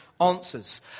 answers